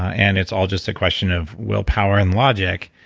and it's all just a question of willpower and logic,